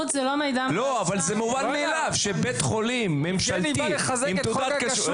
זה מובן מאליו שבית חולים ממשלתי הוא עם תעודת כשרות.